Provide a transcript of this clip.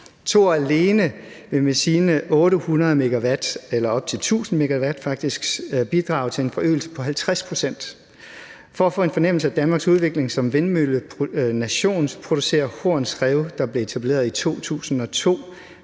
op til 1.000 MW bidrage med en forøgelse på 50 pct. For at få en fornemmelse af Danmarks udvikling som vindmøllenation producerer Horns Rev, der blev etableret i 2002,